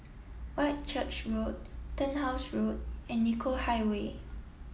Whitchurch Road Turnhouse Road and Nicoll Highway